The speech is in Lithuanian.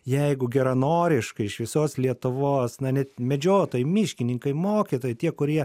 jeigu geranoriškai iš visos lietuvos na net medžiotojai miškininkai mokytojai tie kurie